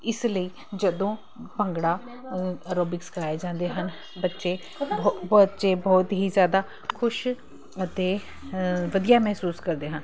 ਇਸ ਲਈ ਜਦੋਂ ਭੰਗੜਾ ਐਰੋਬਿਕਸ ਕਰਵਾਏ ਜਾਂਦੇ ਹਨ ਬੱਚੇ ਬੱਚੇ ਬਹੁਤ ਹੀ ਜ਼ਿਆਦਾ ਖੁਸ਼ ਅਤੇ ਵਧੀਆ ਮਹਿਸੂਸ ਕਰਦੇ ਹਨ